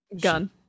gun